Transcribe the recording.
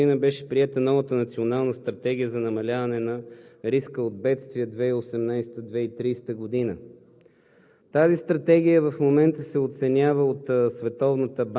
започна подготовката и през 2018 г. беше приета новата Национална стратегия за намаляване на риска от бедствия 2018 – 2030 г.